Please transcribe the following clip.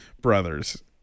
brothers